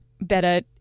better